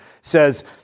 says